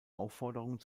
aufforderung